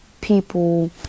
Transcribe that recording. people